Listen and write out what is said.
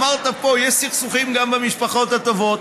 אמרת פה: יש סכסוכים גם במשפחות הטובות.